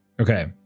Okay